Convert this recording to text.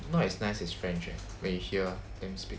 not as nice as french eh when you hear them speak